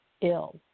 ill